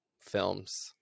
films